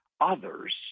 others